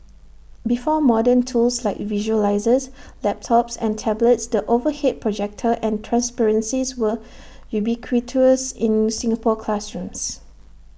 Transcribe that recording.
before modern tools like visualisers laptops and tablets the overhead projector and transparencies were ubiquitous in Singapore classrooms